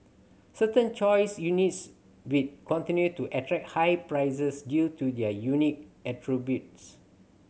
certain choice units will continue to attract high prices due to their unique attributes